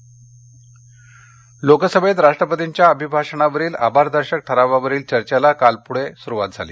लोकसभा लोकसभेत राष्ट्रपतींच्या अभिभाषणावरील आभारदर्शक ठरावावरील चर्चेला काल पुढे सुरुवात झाली